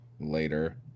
later